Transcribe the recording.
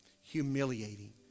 humiliating